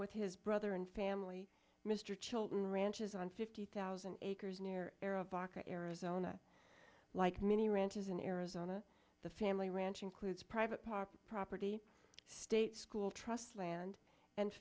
with his brother and family mr chilton ranch is on fifty thousand acres near arab aka arizona like many ranches in arizona the family ranch includes private property property state school trust land and